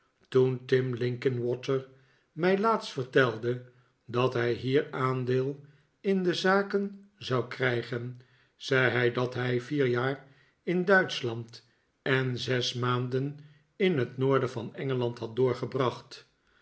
toen tim linkinwater mij laatst vertelde dat hij hier aandeel in de zaken zou krijgen zei hij dat hij vier jaar in duitschland en zes maanden in het noorden van engeland had doorgebracht